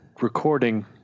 recording